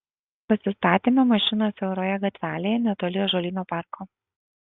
pasistatėme mašiną siauroje gatvelėje netoli ąžuolyno parko